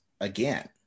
again